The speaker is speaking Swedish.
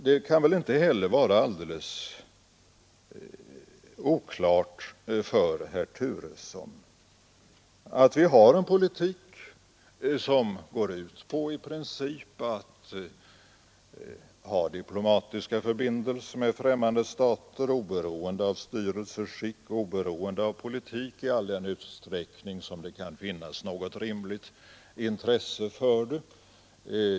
Det kan väl inte heller vara alldeles oklart för herr Turesson att vi för en politik som i princip går ut på att ha diplomatiska förbindelser med främmande stater, oberoende av styrelseskick och oberoende av politik, i all den utsträckning som det kan finnas något rimligt intresse för det.